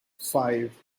five